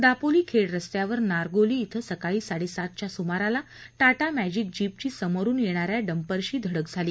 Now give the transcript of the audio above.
दापोली खेड रस्त्यावर नारगोली इथं सकाळी साडेसातच्या सुमाराला टाटा मजिंक जीपची समोरून येणाऱ्या डंपरशी धडक झाली